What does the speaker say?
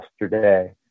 yesterday